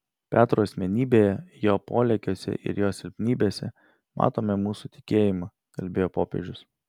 petro asmenybėje jo polėkiuose ir jo silpnybėse matome mūsų tikėjimą kalbėjo popiežius